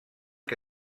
que